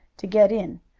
to get in.